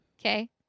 Okay